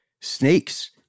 Snakes